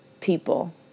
people